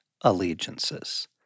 allegiances